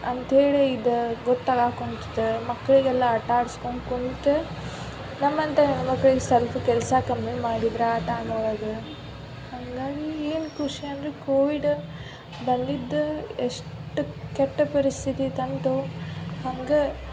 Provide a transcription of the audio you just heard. ಅಂತ ಹೇಳಿ ಇದು ಗೊತ್ತಾಗಕೊಂತಿತ್ತು ಮಕ್ಕಳಿಗೆಲ್ಲ ಆಟ ಆಡಿಸ್ಕೊಂಡು ಕುಂತು ನಮ್ಮಂಥ ಹೆಣ್ಣು ಮಕ್ಳಿಗೆ ಸ್ವಲ್ಪ ಕೆಲಸ ಕಮ್ಮಿ ಮಾಡಿದ್ರೆ ಆ ಟೈಮೊಳ ಹಾಗಾಗಿ ಏನು ಖುಷಿ ಅಂದ್ರೆ ಕೋವಿಡ್ ಬಂದಿದ್ದು ಎಷ್ಟು ಕೆಟ್ಟ ಪರಿಸ್ಥಿತಿ ತಂದಿತು ಹಂಗೇ